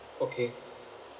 okay